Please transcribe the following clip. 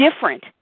different